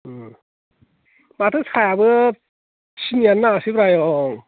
माथो साहायाबो सिनिआनो नाङासैब्रा आयं